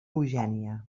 eugènia